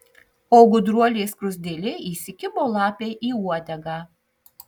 o gudruolė skruzdėlė įsikibo lapei į uodegą